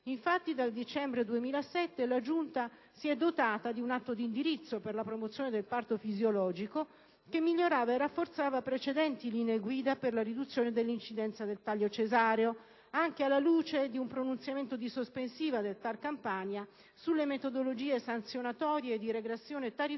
Infatti, dal dicembre 2007, la Giunta si è dotata di un atto di indirizzo per la promozione del parto fisiologico che migliorava e rafforzava precedenti linee guida per la riduzione dell'incidenza del parto cesareo, anche alla luce di un pronunciamento di sospensiva del TAR Campania sulle metodologie sanzionatorie di regressione tariffaria